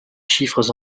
chiffres